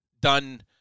done